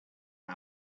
had